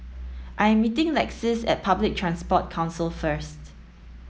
I am meeting Lexis at Public Transport Council first